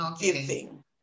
giving